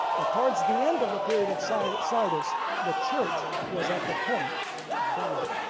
but towards the end of the period of sardis sardis the church was at the point of dying.